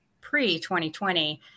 pre-2020